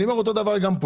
אני אומר שאותו דבר פה.